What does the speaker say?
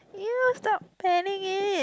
!eww! stop fanning it